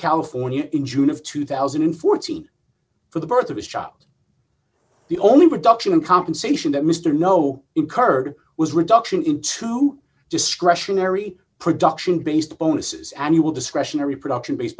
california in june of two thousand and fourteen for the birth of his child the only reduction in compensation that mr no incurred was reduction into discretionary production based bonuses and you will discretionary production base